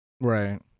Right